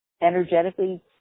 energetically